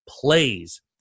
plays